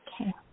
Okay